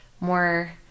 more